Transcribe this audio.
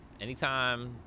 Anytime